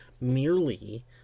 merely